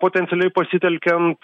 potencialiai pasitelkiant